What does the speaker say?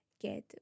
get